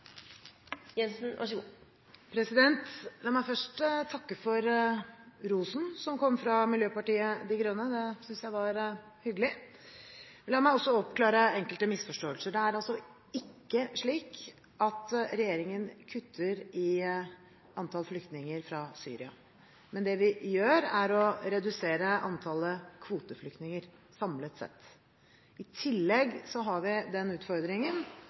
rosen som kom fra Miljøpartiet De Grønne. Det syntes jeg var hyggelig. La meg også oppklare enkelte misforståelser. Det er altså ikke slik at regjeringen kutter i antall flyktninger fra Syria, men det vi gjør, er å redusere antallet kvoteflyktninger samlet sett. I tillegg har vi den utfordringen